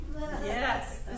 Yes